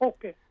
Okay